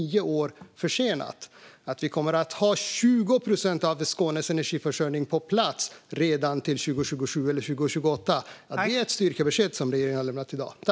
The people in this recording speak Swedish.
Det är ett styrkebesked som regeringen har lämnat i dag att vi kommer att ha 20 procent av Skånes energiförsörjning på plats redan till 2027 eller 2028.